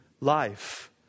life